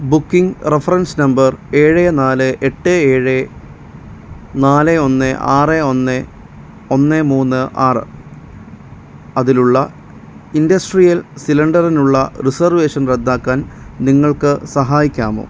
booking reference number ഏഴ് നാല് എട്ട് ഏഴ് നാല് ഒന്ന് ആറ് ഒന്ന് ഒന്ന് മൂന്ന് ആറ് അതിലുള്ള ഇൻഡസ്ട്രിയൽ സിലിണ്ടറിനുള്ള റിസർവേഷൻ റദ്ദാക്കാൻ നിങ്ങൾക്ക് സഹായിക്കാമോ